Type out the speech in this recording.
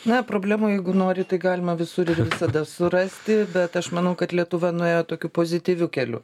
na problemų jeigu norit tai galima visur ir visada surasti bet aš manau kad lietuva nuėjo tokiu pozityviu keliu